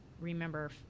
remember